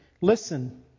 Listen